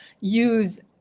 use